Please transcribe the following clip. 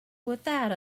without